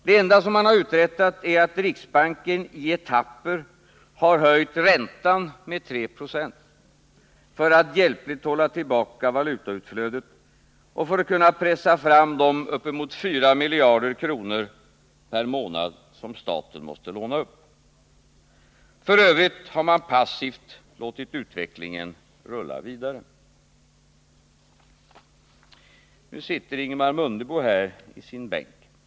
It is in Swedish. Det enda som uträttats är att riksbanken i etapper höjt räntan med 3 96 för att hjälpligt hålla tillbaka valutautflödet och för att kunna pressa fram de uppemot 4 miljarder kronor per månad som staten måste låna upp. F. ö. har man passivt låtit utvecklingen rulla vidare. Nu sitter Ingemar Mundebo här i sin bänk.